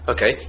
Okay